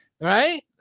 Right